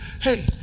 Hey